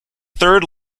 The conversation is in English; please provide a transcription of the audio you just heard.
third